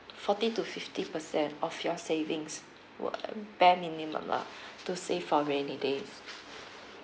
forty to fifty percent of your savings were bare minimum lah to save for rainy days